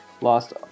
lost